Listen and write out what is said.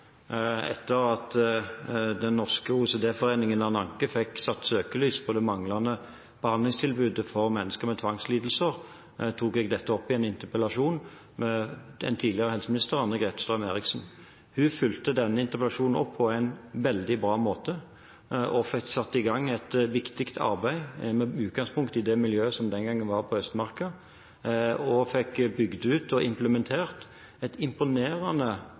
Etter at den norske OCD-foreningen Ananke fikk satt søkelys på det manglende behandlingstilbudet for mennesker med tvangslidelser, tok jeg dette opp i en interpellasjon med den tidligere helseministeren Anne-Grete Strøm-Erichsen. Hun fulgte opp denne interpellasjonen på en veldig bra måte og fikk satt i gang et viktig arbeid med utgangspunkt i det miljøet som den gangen var på Østmarka. Hun fikk også bygd ut og implementert en imponerende